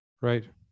Right